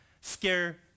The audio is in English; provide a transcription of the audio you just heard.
scare